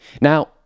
Now